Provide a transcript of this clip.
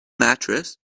mattress